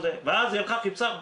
ואז היא הלכה חיפשה,